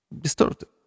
distorted